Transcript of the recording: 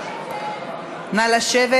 נא לשבת.